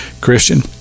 Christian